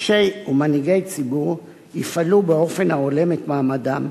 אישים ומנהיגי ציבור יפעלו באופן ההולם את מעמדם,